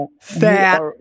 fat